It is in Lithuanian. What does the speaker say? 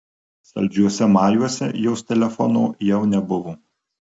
saldžiuose majuose jos telefono jau nebuvo